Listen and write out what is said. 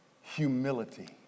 humility